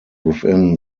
within